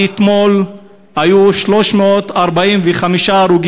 מתחילת השנה עד אתמול היו 345 הרוגים,